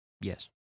Yes